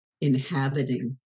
inhabiting